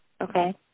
okay